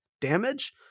damage